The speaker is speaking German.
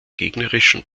gegnerischen